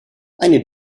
eine